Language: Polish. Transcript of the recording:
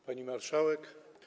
Pani Marszałek!